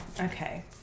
Okay